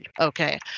Okay